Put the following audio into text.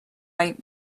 might